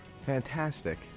Fantastic